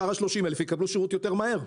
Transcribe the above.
שאר ה-30,000 יקבלו שירות מהר יותר.